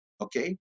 Okay